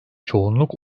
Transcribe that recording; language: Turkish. çoğunluk